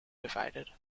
divided